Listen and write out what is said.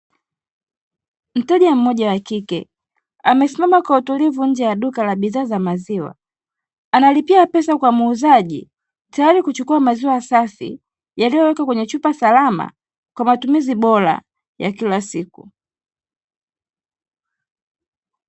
Mteja mmoja wa kike amesimama kwa utulivu nje ya duka la bidhaa za maziwa, analipia pesa kwa muuzaji, tayari kuchukua maziwa safi yaliyowekwa kwenye chupa salama kwa matumizi bora ya kila siku.